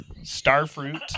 starfruit